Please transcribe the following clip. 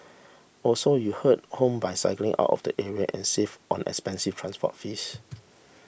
also you head home by cycling out of the area and save on expensive transport fees